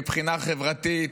מבחינה חברתית,